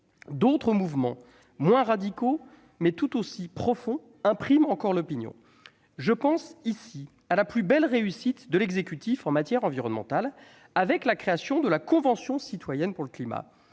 D'autres mouvements moins radicaux, mais tout aussi profonds, impriment encore l'opinion. Je pense ici à la plus belle réussite de l'exécutif en matière environnementale, à savoir la création de la Convention citoyenne pour le climat.